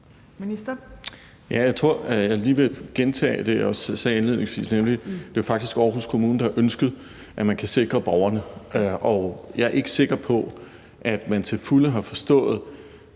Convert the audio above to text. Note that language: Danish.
lige vil gentage det, jeg også sagde indledningsvis, nemlig at det faktisk var Aarhus Kommune, der ønskede, at man kunne sikre borgerne. Og jeg er ikke sikker på, at man til fulde har forstået